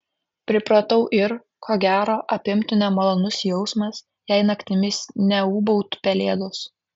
pripratau ir ko gero apimtų nemalonus jausmas jei naktimis neūbautų pelėdos